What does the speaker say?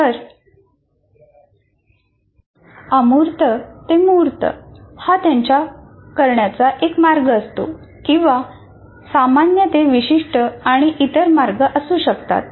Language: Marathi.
तर अमूर्त ते मूर्त हा त्यांचा करण्याचा एक मार्ग असतो किंवा सामान्य ते विशिष्ट आणि इतर मार्ग असू शकतात